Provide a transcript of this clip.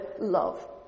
love